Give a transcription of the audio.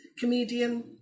Comedian